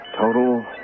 Total